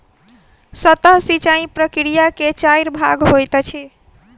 सतह सिचाई प्रकिया के चाइर भाग होइत अछि